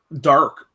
dark